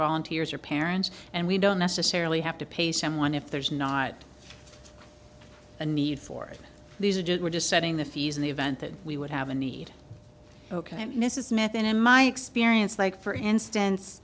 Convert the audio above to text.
volunteers or parents and we don't necessarily have to pay someone if there's not the need for these are just we're just setting the fees in the event that we would have a need ok mrs smith in my experience like for instance